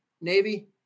Navy